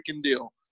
deal